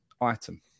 item